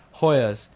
Hoyas